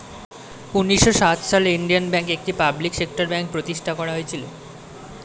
উন্নিশো সাত সালে ইন্ডিয়ান ব্যাঙ্ক, একটি পাবলিক সেক্টর ব্যাঙ্ক প্রতিষ্ঠান করা হয়েছিল